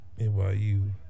NYU